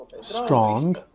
strong